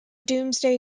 domesday